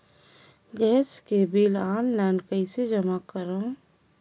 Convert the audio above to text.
Gas के bill online कइसे जमा करव?